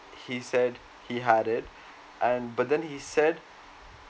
he said he had it and but then he said